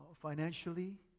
financially